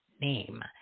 name